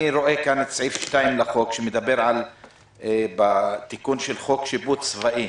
החוק הספציפי הזה, התיקון לחוק,